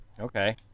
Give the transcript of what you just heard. Okay